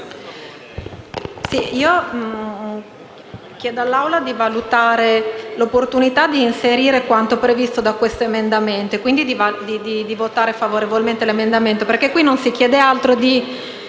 chiedo all'Assemblea di valutare l'opportunità di inserire quanto previsto da questo emendamento e, quindi, di votare favorevolmente. L'emendamento 9-*bis*.307 non prevede altro che